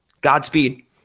Godspeed